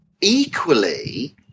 equally